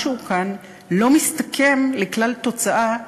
משהו כאן לא מסתכם לכלל תוצאה סבירה.